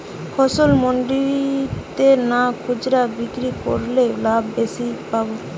ফসল মন্ডিতে না খুচরা বিক্রি করলে লাভ বেশি পাব?